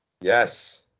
yes